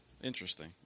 Interesting